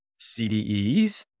CDEs